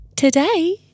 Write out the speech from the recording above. Today